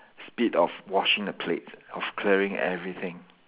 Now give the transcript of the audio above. speed of washing the plates of clearing everything